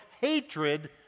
hatred